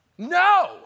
No